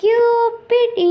Cupid